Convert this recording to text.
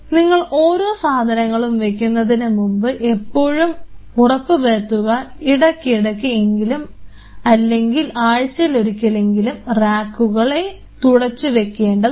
നിങ്ങൾ ഓരോ സാധനങ്ങളും വെക്കുന്നതിനു മുമ്പ് എപ്പോഴും ഉറപ്പുവരുത്തുക ഇടയ്ക്കിടയ്ക്ക് എങ്കിലും അല്ലെങ്കിൽ ആഴ്ചയിലൊരിക്കലെങ്കിലും റാക്കുകളെ തുടച്ചു വെക്കേണ്ടതാണ്